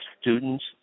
students